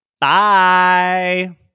Bye